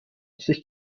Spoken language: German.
sich